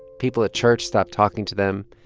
people at church stopped talking to them.